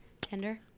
Tender